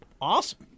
awesome